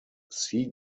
sea